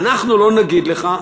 אנחנו לא נגיד לך,